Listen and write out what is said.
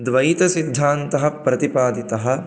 द्वैतसिद्धान्तः प्रतिपादितः